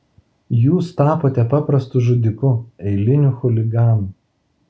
jūs tapote paprastu žudiku eiliniu chuliganu